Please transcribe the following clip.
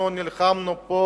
אנחנו נלחמנו פה